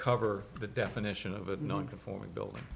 cover the definition of a non conforming building